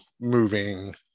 moving